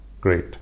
great